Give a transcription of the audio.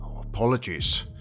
Apologies